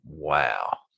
Wow